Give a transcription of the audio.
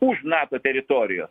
už nato teritorijos